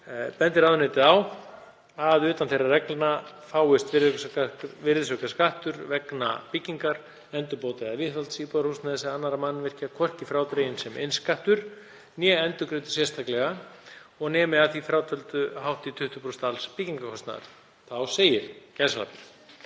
Bendir ráðuneytið á að utan þeirra reglna fáist virðisaukaskattur vegna byggingar, endurbóta eða viðhalds íbúðarhúsnæðis eða annarra mannvirkja hvorki frádreginn sem innskattur né endurgreiddur sérstaklega og nemi að því frátöldu hátt í 20% alls byggingarkostnaðar. Þá segir: „Breytingar